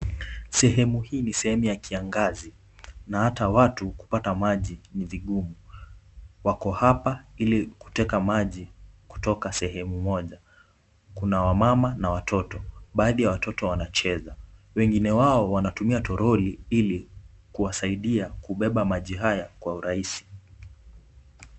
Sehemu hii ni sehemu ya kiangazi na hata watu kupata maji ni vigumu. Wako hapa ili kuteka maji kutoka sehemu moja. Kuna wamama na watoto, baadhi ya watoto wanacheza wengine wao wanatumia toroli ili kuwasaidia kubeba maji haya kwa urahisi.